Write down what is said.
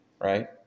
right